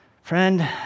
Friend